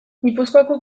gipuzkoako